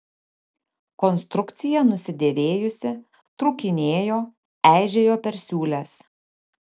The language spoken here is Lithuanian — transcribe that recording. konstrukcija nusidėvėjusi trūkinėjo eižėjo per siūles